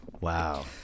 Wow